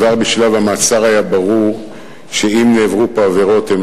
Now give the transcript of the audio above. כבר בשלב המעצר היה ברור שאם נעברו פה עבירות הן